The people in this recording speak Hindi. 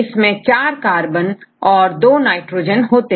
इसमें चार कार्बन और दो नाइट्रोजन होते हैं